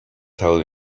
tell